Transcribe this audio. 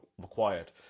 required